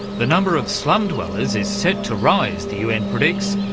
the number of slum dwellers is set to rise, the un predicts,